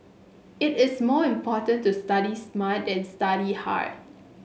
it is more important to study smart than study hard